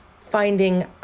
finding